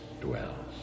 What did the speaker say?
dwells